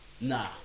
Nah